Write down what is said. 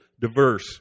diverse